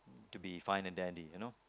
to be fine and dandy you know